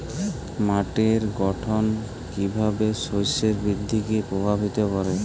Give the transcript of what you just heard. মাটির গঠন কীভাবে শস্যের বৃদ্ধিকে প্রভাবিত করে?